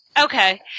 Okay